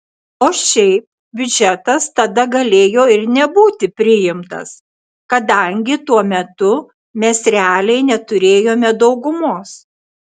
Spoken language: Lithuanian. o šiaip biudžetas tada galėjo ir nebūti priimtas kadangi tuo metu mes realiai neturėjome daugumos